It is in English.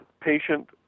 Patient